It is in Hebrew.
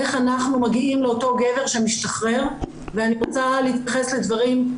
איך אנחנו מגיעים לאותו גבר שמשתחרר ואני רוצה להתייחס לדברים.